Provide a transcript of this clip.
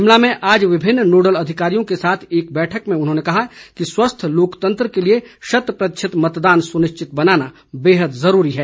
शिमला में आज विभिन्न नोडल अधिकारियों के साथ एक बैठक में उन्होंने कहा कि स्वस्थ लोकतंत्र के लिए शत प्रतिशत मतदान सुनिश्चित बनाना बेहद जरूरी है